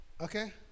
okay